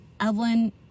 Evelyn